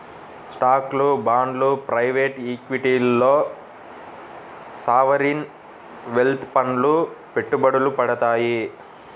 స్టాక్లు, బాండ్లు ప్రైవేట్ ఈక్విటీల్లో సావరీన్ వెల్త్ ఫండ్లు పెట్టుబడులు పెడతాయి